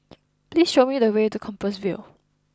please show me the way to Compassvale